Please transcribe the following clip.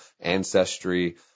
ancestry